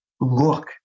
look